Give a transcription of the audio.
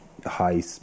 high